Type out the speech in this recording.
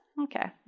Okay